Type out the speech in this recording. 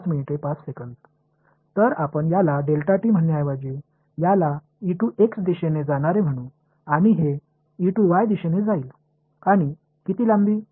மாணவர் Refer Time 0505 எனவே இதை அழைப்பதற்கு பதிலாக இதை என்று அழைப்போம் x திசை என்று கூறுங்கள் இந்த y திசையில் இருக்க போகிறது